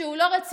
שהוא לא רציני.